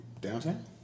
Downtown